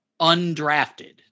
undrafted